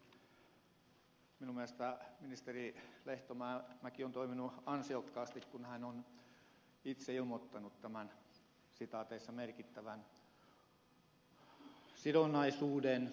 minun mielestäni ministeri lehtomäki on toiminut ansiokkaasti kun hän on itse ilmoittanut tämän merkittävän sidonnaisuuden